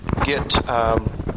get